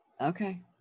Okay